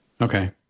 Okay